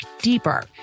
deeper